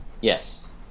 Yes